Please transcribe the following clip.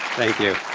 thank you